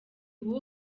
ubu